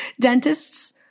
dentists